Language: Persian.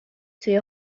توی